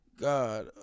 God